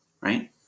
right